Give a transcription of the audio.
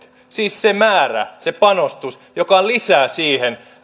siis se määrä se panostus joka on lisää siihen